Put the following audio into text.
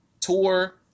tour